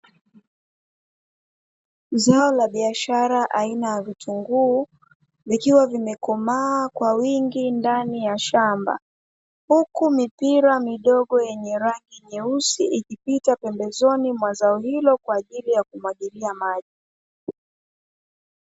Zao la biashara aina ya vitunguu vikiwa vimekomaa kwa wingi ndani ya shamba, huku mipira midogo yenye rangi nyeusi ikipita pembezoni mwa zao hilo kwa ajili ya kumwagilia maji.